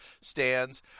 stands